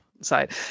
side